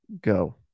go